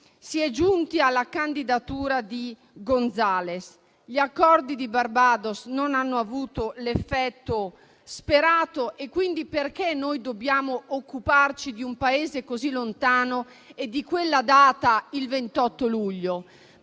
si è giunti alla candidatura di González. Gli Accordi di Barbados non hanno avuto l'effetto sperato. Quindi, perché noi dobbiamo occuparci di un Paese così lontano e di quella data, il 28 luglio?